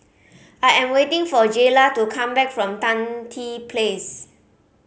I am waiting for Jaylah to come back from Tan Tye Place